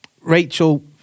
Rachel